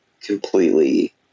completely